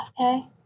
Okay